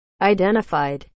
identified